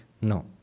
No